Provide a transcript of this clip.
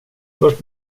först